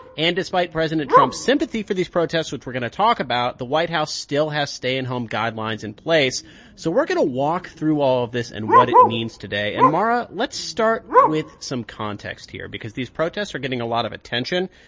and despite president trump's sympathy for these protests, which we're going to talk about, the white house still has stay-at-home guidelines in place so we're going to walk through all of this and what it means today. and, mara, let's start with some context here because these protests are getting a lot of attention.